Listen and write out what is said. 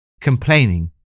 Complaining